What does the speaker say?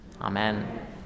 Amen